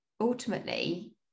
ultimately